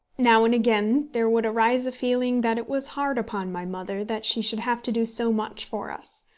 now and again there would arise a feeling that it was hard upon my mother that she should have to do so much for us,